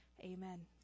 Amen